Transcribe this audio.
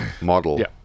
model